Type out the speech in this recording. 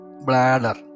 bladder